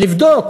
לבדוק,